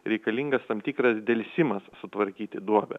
reikalingas tam tikras delsimas sutvarkyti duobę